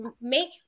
make